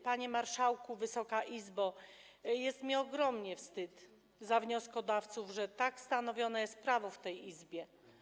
Panie marszałku, Wysoka Izbo, jest mi ogromnie wstyd za wnioskodawców, że tak stanowione jest prawo w tej Izbie.